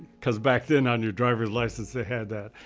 cause back then, on your driver's license, they had the,